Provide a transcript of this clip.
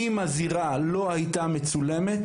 אם הזירה לא הייתה מצולמת